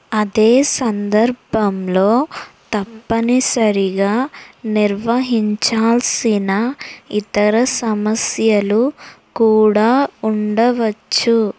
అదే సందర్భంలో తప్పనిసరిగా నిర్వహించాల్సిన ఇతర సమస్యలు కూడా ఉండవచ్చు